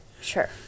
Sure